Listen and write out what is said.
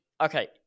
okay